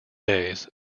days